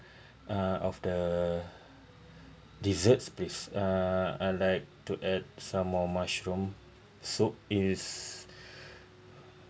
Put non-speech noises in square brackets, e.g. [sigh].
[breath] uh of the desert please uh I'd like to add some more mushroom soup is [breath]